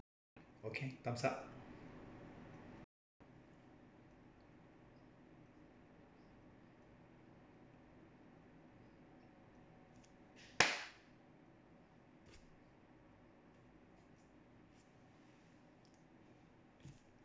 okay thumbs up